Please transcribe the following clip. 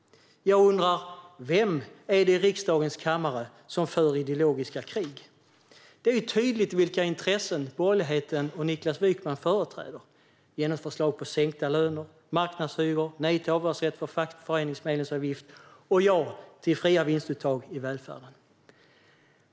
Jag undrar: Vem i riksdagens kammare är det som för ideologiska krig? Det är ju tydligt vilka intressen borgerligheten och Niklas Wykman företräder genom förslag på sänkta löner, marknadshyror, nej till avdragsrätt för fackföreningsmedlemsavgift och ja till fria vinstuttag i välfärden.